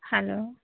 hello